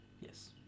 Yes